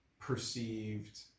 perceived